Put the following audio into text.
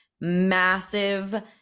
massive